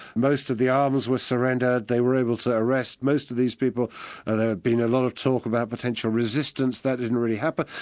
most of the arms were surrendered, they were able to arrest most of these people. there'd been a lot of talk about potential resistance, that didn't really happen.